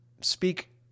speak